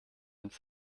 ins